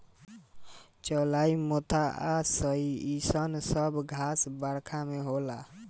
चौलाई मोथा आ सनइ इ सब घास बरखा में होला